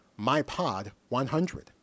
MYPOD100